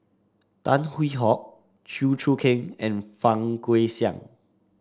Tan Hwee Hock Chew Choo Keng and Fang Guixiang